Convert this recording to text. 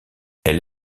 elle